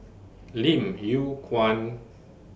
Lim Yew Kuan